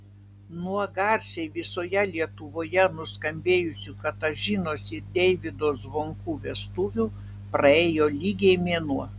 nuo garsiai visoje lietuvoje nuskambėjusių katažinos ir deivydo zvonkų vestuvių praėjo lygiai mėnuo